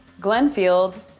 glenfield